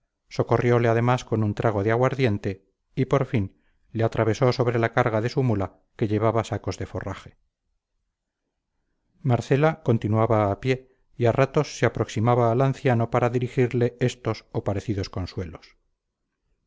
comer socorriole además con un trago de aguardiente y por fin le atravesó sobre la carga de una mula que llevaba sacos de forraje marcela continuaba a pie y a ratos se aproximaba al anciano para dirigirle estos o parecidos consuelos